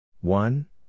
One